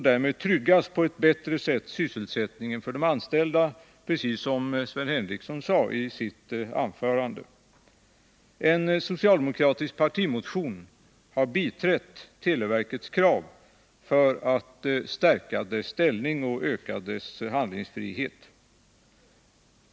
Därmed tryggas på ett bättre sätt sysselsättningen för de anställda, precis som Sven Henricsson sade i sitt En socialdemokratisk partimotion har biträtt televerkets krav på att stärka dess ställning och öka dess handlingsfrihet.